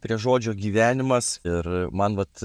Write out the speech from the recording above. prie žodžio gyvenimas ir man vat